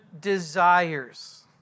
desires